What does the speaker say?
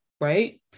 right